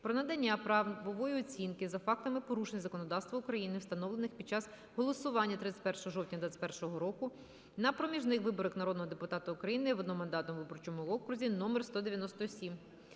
про надання правової оцінки за фактами порушень законодавства України, встановлених під час голосування 31 жовтня 2021 року на проміжних виборах народного депутата України в одномандатному виборчому окрузі № 197.